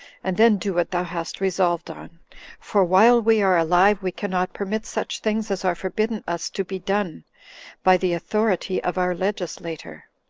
and then do what thou hast resolved on for while we are alive we cannot permit such things as are forbidden us to be done by the authority of our legislator,